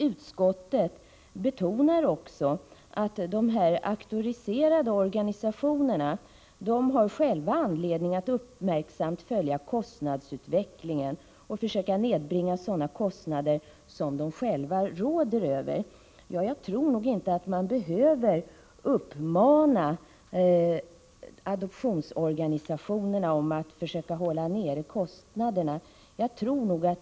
Utskottet betonar att de auktoriserade organisationerna själva har anledning att uppmärksamt följa kostnadsutvecklingen och försöka nedbringa sådana kostnader som de själva råder över. Jag tror inte att vi behöver uppmana adoptionsorganisationerna att försöka hålla kostnaderna nere.